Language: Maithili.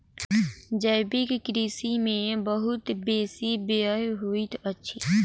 जैविक कृषि में बहुत बेसी व्यय होइत अछि